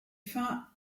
fin